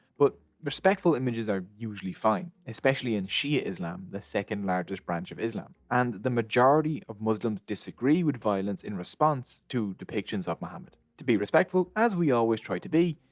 but respectful images are usually fine, especially in shia islam, the second largest branch of islam. and the majority of muslims disagree with violence in response to depictions of muhammad. to be respectful as we always try to be,